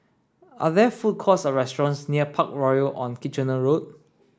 are there food courts or restaurants near Parkroyal on Kitchener Road